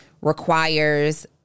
requires